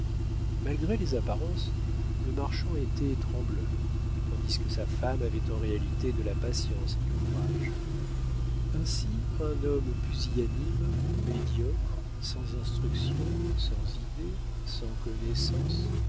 malgré les apparences le marchand était trembleur tandis que sa femme avait en réalité de la patience et du courage ainsi un homme pusillanime médiocre sans instruction sans idées sans connaissances